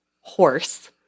horse